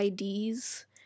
IDs